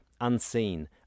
unseen